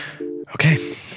Okay